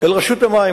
אל רשות המים,